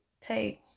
take